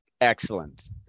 Excellent